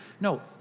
No